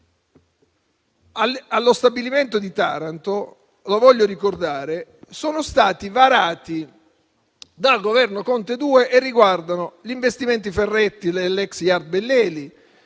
allo stabilimento di Taranto - lo voglio ricordare - sono stati varati dal Governo Conte 2 e riguardano gli investimenti Ferretti, l'ex Yard Belleli,